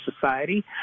society